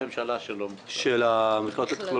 הנושא שלנו בכלל